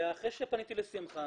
אחרי שפניתי לשמחה